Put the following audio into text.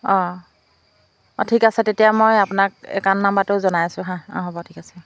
অ' ঠিক আছে তেতিয়া মই আপোনাক একাউণ্ট নম্বৰটো জনাই আছোঁ হাঁ অঁ হ'ব ঠিক আছে